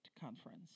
conference